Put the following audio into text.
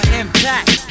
impact